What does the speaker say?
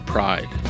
Pride